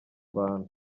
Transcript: abantu